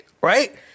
Right